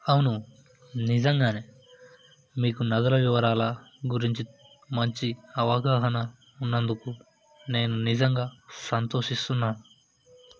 అవును నిజంగానే మీకు నదుల వివరాల గురించి మంచి అవగాహన ఉన్నందుకు నేను నిజంగా సంతోషిస్తున్నాను